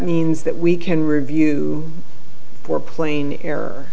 means that we can review for plain error